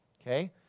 Okay